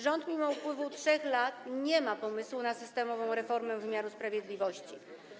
Rząd mimo upływu 3 lat nie ma pomysłu na systemową reformę wymiaru sprawiedliwości.